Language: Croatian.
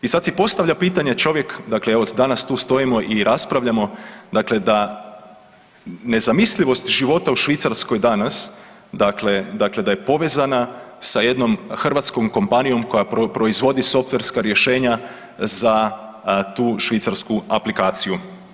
I sad si postavlja pitanje čovjek dakle evo danas tustojimo i raspravljamo, dakle da nezamislivost života u Švicarskoj danas, dakle da je povezana sa jednom hrvatskom kompanijom koja proizvodi softverska rješenja za tu švicarsku aplikaciju.